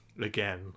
Again